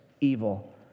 evil